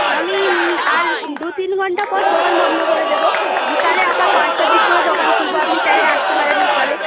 আমি আর দু তিন ঘণ্টা পর দোকান বন্ধ করে দেবো বিকেলে আবার পাঁচটার দিক করে দোকান খুলব আপনি চাইলে আসতে পারেন বিকেলে